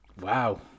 Wow